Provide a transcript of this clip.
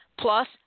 plus